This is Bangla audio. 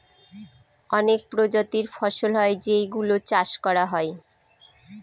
অনেক প্রজাতির ফসল হয় যেই গুলো চাষ করা হয়